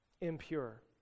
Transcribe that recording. impure